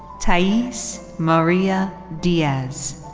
thais maria diaz.